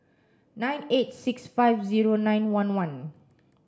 nine eight six five zero nine one one